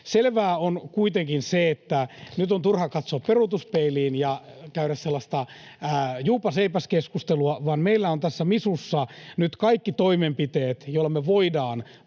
Selvää on kuitenkin se, että nyt on turha katsoa peruutuspeiliin ja käydä sellaista juupas eipäs ‑keskustelua, vaan meillä on tässä MISUssa nyt kaikki toimenpiteet, joilla me voidaan